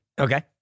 Okay